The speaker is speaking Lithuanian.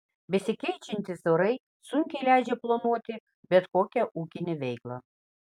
besikeičiantys orai sunkiai leidžia planuoti bet kokią ūkinę veiklą